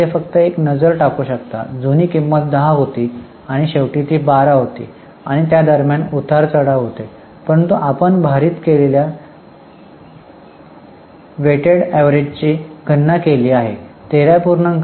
तर आपण येथे फक्त एक नजर टाकू शकता जुनी किंमत दहा होती आणि शेवटी ती 12 होती आणि त्या दरम्यान उतार चढ़ाव होते परंतु आपण भारित केलेल्या सरासरीची गणना केली आहे 13